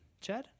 Chad